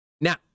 Now